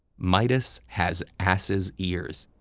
midas has ass's ears.